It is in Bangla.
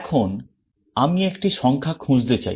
এখন আমি একটি সংখ্যা খুঁজতে চাই